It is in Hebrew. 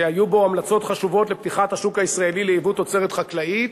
שהיו בו המלצות חשובות לפתיחת השוק הישראלי ליבוא תוצרת חקלאית.